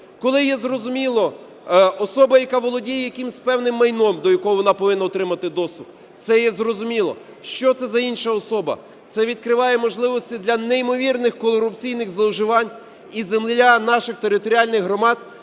Коли є, зрозуміло, особа, яка володіє якимось певним майном, до якого вона повинна отримати доступ, це є зрозуміло. Що це за інша особа? Це відкриває можливості для неймовірних корупційних зловживань і земля наших територіальних громад